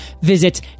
Visit